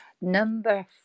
Number